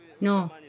No